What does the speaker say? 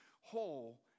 whole